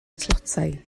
tlotai